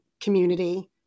community